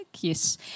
Yes